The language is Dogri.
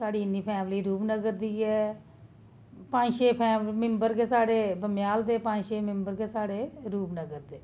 साढ़ी इ'न्नी फैमिली रूपनगर दी ऐ पंज छे फैमिली मैम्बर गै साढ़े बमेयाल दे पंज छे मैम्बर गै साढ़े रूपनगर दे